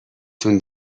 تون